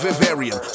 Vivarium